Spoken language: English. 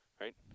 Right